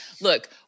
Look